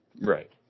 Right